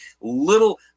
Little